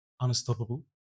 Unstoppable